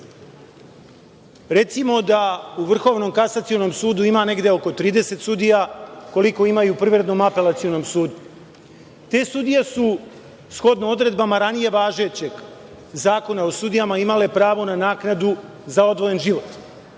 Recimo da u Vrhovnom kasacionom sudu ima negde oko 30 sudija, koliko ima i u Privrednom apelacionom sudu. Te sudije su shodno odredbama, ranije važećeg Zakona o sudijama, imale pravo na naknadu za odvojen